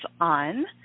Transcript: on